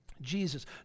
Jesus